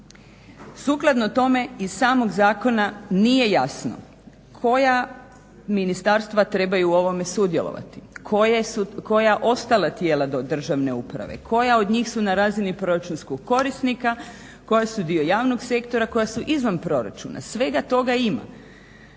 Sukladno tome, iz samog zakona nije jasno, koja ministarstva trebaju u ovome sudjelovati, koja ostala tijela do državne uprave, koja od njih su na razini proračunskog korisnika, koja su dio javnog sektora, koja su izvan proračuna? Svega toga ima.